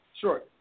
Sure